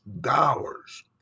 dollars